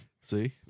See